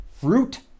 fruit